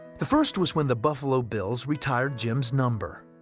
the first was when the buffalo bills retired jims number.